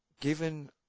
Given